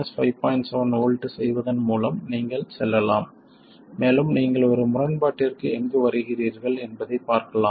7 volt செய்வதன் மூலம் நீங்கள் செல்லலாம் மேலும் நீங்கள் ஒரு முரண்பாட்டிற்கு எங்கு வருகிறீர்கள் என்பதைப் பார்க்கலாம்